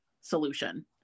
solution